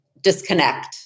disconnect